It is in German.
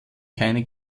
keine